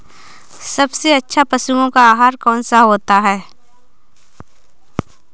सबसे अच्छा पशुओं का आहार कौन सा होता है?